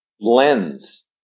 lens